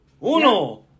Uno